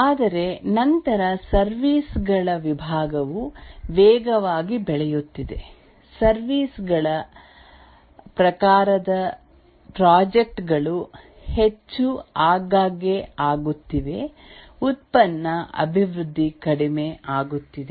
ಆದರೆ ನಂತರ ಸರ್ವಿಸಸ್ ಗಳ ವಿಭಾಗವು ವೇಗವಾಗಿ ಬೆಳೆಯುತ್ತಿದೆ ಸರ್ವಿಸಸ್ ಗಳ ಪ್ರಕಾರದ ಪ್ರಾಜೆಕ್ಟ್ ಗಳು ಹೆಚ್ಚು ಆಗಾಗ್ಗೆ ಆಗುತ್ತಿವೆ ಉತ್ಪನ್ನ ಅಭಿವೃದ್ಧಿ ಕಡಿಮೆ ಆಗುತ್ತಿದೆ